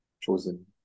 chosen